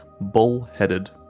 bull-headed